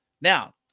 Now